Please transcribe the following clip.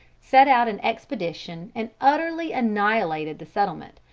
sent out an expedition and utterly annihilated the settlement,